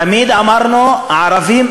תמיד אמרנו שערבים,